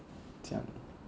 这样